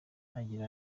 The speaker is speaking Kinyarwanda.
agira